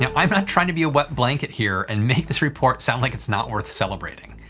yeah i'm not trying to be wet blanket here and make this report sound like it's not worth celebrating.